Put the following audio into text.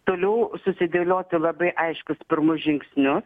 toliau susidėlioti labai aiškius pirmus žingsnius